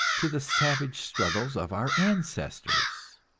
to the savage struggles of our ancestors.